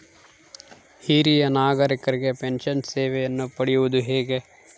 ಹಿರಿಯ ನಾಗರಿಕರಿಗೆ ಪೆನ್ಷನ್ ಸೇವೆಯನ್ನು ಪಡೆಯುವುದು ಹೇಗೆ?